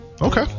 Okay